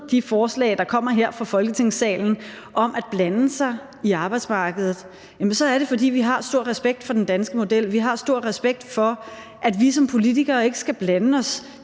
de forslag, der kommer her i Folketingssalen, om at blande sig i arbejdsmarkedet, så er det, fordi vi har stor respekt for den danske model. Vi har stor respekt for, at vi som politikere ikke skal blande os